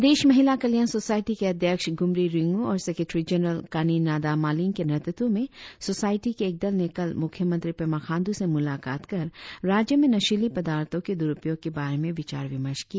प्रदेश महिला कल्याण सोसायटी के अध्यक्ष गुमरी रिंगू और सेक्रेटेरी जनरल कानी नादा मालिंग के नेतृत्व में सोसायटी के एक दल ने कल मुख्यमंत्री पेमा खांडू से मुलाकात कर राज्य में नशीली पदार्थों के द्रुपयोग के बारे में विचार विमर्श किया